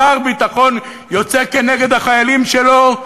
שר ביטחון יוצא נגד החיילים שלו,